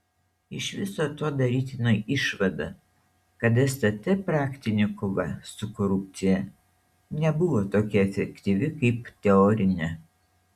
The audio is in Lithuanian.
iš viso to darytina išvada kad stt praktinė kova su korupcija nebuvo tokia efektyvi kaip teorinė